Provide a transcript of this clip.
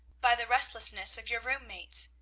by the restlessness of your room-mates.